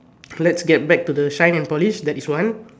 lets get back to the shine and polish that is one